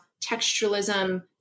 textualism